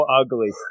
ugly